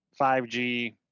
5G